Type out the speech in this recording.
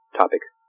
topics